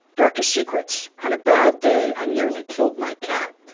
darkest secret? on a bad day i nearly killed my cat.